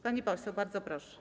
Pani poseł, bardzo proszę.